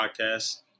podcast